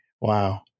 Wow